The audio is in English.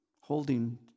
holding